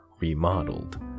remodeled